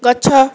ଗଛ